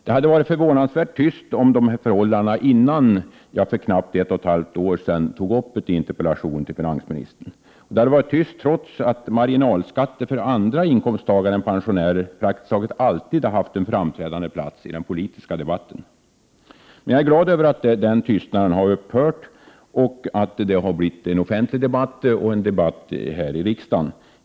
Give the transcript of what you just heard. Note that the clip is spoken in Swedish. Det hade varit förvånansvärt tyst om dessa förhållanden innan jag för knappt ett och ett halvt år sedan tog upp dem i interpellationen till finansministern. Det hade varit tyst trots att marginalskatter för andra inkomsttagare än pensionärer praktiskt taget alltid haft en framträdande plats i den politiska debatten. Men jag är glad över att den tystnaden har upphört och att det har blivit en offentlig debatt och en debatt här i riksdagen.